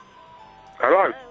Hello